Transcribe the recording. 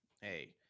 Hey